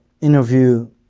interview